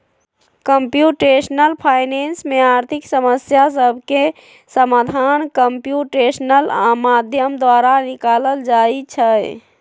computational finance में आर्थिक समस्या सभके समाधान कंप्यूटेशनल माध्यम द्वारा निकालल जाइ छइ